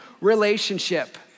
relationship